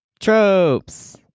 Tropes